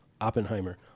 Oppenheimer